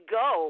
go